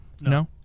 No